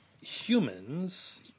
humans